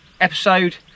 episode